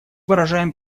выражаем